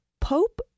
Pope